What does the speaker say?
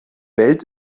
welt